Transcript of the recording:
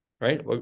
Right